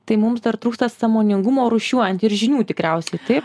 tai mums dar trūksta sąmoningumo rūšiuojant ir žinių tikriausiai taip